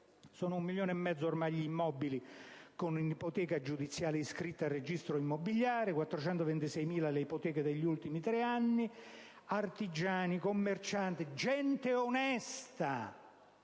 Sono un milione e mezzo ormai gli immobili con un'ipoteca giudiziale iscritta al registro immobiliare; 426.000 le ipoteche degli ultimi tre anni. Si tratta di artigiani, commercianti, gente onesta,